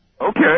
Okay